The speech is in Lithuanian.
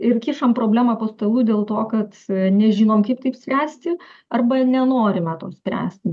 ir kišam problemą po stalu dėl to kad nežinom kaip taip spręsti arba nenorime to spręsti